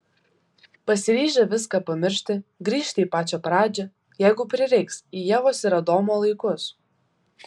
pasiryžę viską pamiršti grįžti į pačią pradžią jeigu prireiks į ievos ir adomo laikus